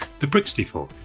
the brixty-four,